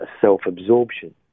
self-absorption